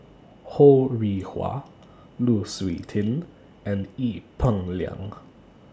Ho Rih Hwa Lu Suitin and Ee Peng Liang